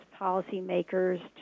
policymakers